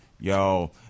Yo